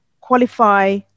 qualify